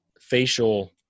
facial